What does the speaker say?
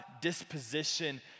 disposition